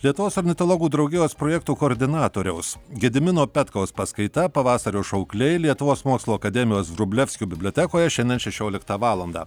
lietuvos ornitologų draugijos projektų koordinatoriaus gedimino petkaus paskaita pavasario šaukliai lietuvos mokslų akademijos vrublevskių bibliotekoje šiandien šešioliktą valandą